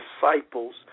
disciples